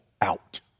out